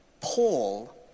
Paul